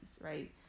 right